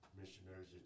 missionaries